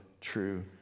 true